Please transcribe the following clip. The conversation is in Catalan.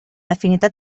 afinitat